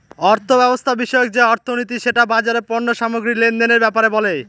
অর্থব্যবস্থা বিষয়ক যে অর্থনীতি সেটা বাজারের পণ্য সামগ্রী লেনদেনের ব্যাপারে বলে